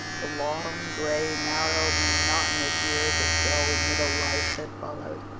the long, gray, narrow, monotonous years of dull middle life that followed.